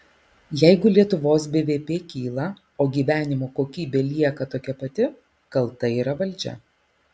jeigu lietuvos bvp kyla o gyvenimo kokybė lieka tokia pati kalta yra valdžia